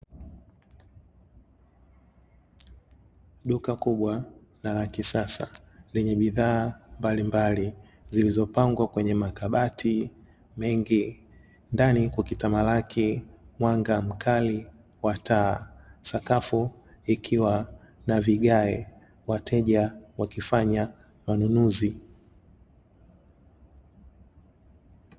Duka kubwa na la kisasa, lenye bidhaa mbalimbali zilizopangwa kwenye makabati mengi. Ndani kukitamalaki mwanga mkali wa taa, sakafu ikiwa na vigae, wateja wakifanya manunuzi.